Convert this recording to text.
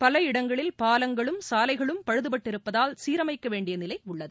பல இடங்களில் பாலங்களும் சாலைகளும் பழுதுபட்டிருப்பதால் சீரமைக்க வேண்டிய நிலை உள்ளது